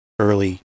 early